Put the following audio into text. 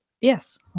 Yes